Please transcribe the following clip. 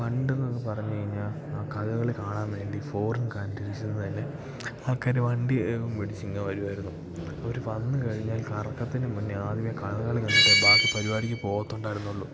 പണ്ടെന്നൊക്കെ പറഞ്ഞുകഴിഞ്ഞാൽ ആ കഥകളി കാണാൻ വേണ്ടി ഫോറിൻ കൺട്രീസിന്ന് തന്നെ ആൾക്കാർ വണ്ടി പിടിച്ചിങ്ങ് വരുവായിരുന്നു അവർ വന്നുകഴിഞ്ഞാൽ കറക്കത്തിന് മുന്നെ ആദ്യമേ കഥകളി കണ്ടിട്ടേ ബാക്കി പരിപാടിക്ക് പോകത്തുണ്ടായിരുന്നുള്ളു